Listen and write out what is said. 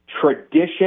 tradition